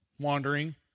Wandering